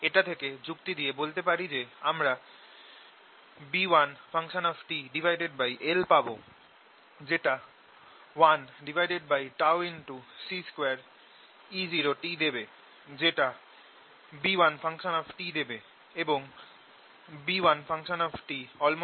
এটা থেকে যুক্তি দিয়ে বলতে পারি যে আমরা B1tl পাব যেটা 1τC2E0 দেবে যেটা B1t দেবে এবং B1tlτC2E0